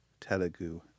Telugu